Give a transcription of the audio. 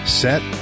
set